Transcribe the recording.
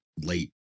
late